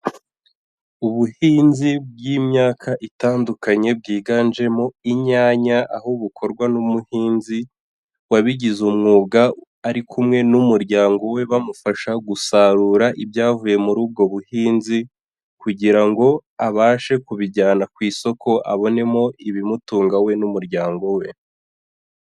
Ubuhinzi bw'imyaka itandukanye bwiganjemo inyanya, aho bukorwa n'umuhinzi wabigize umwuga ari kumwe n'umuryango we, bamufasha gusarura ibyavuye muri ubwo buhinzi kugira ngo abashe kubijyana ku isoko, abonemo ibimutunga we n'umuryango we.